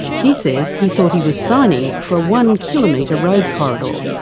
he says he thought he was signing for a one-kilometre road corridor,